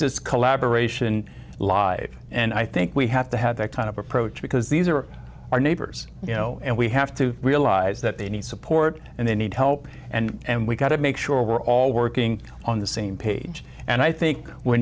s collaboration live and i think we have to have that kind of approach because these are our neighbors you know and we have to realize that they need support and they need help and we've got to make sure we're all working on the same page and i think w